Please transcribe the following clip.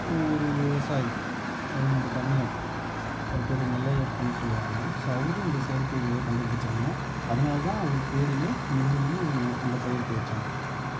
ஒரு விவசாயி அது நம்ம தமிழன் அவர் பேர் நெல்லையப்பன் சொல்லுவாங்க ஸோ அவரு இந்த செயற்கை விதையை கண்டுபிடிச்சாங்க அதனால தான் அவர் பேரையே நெல்லுன்னு அந்த பயிருக்கு வைச்சாங்க